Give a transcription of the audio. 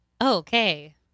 Okay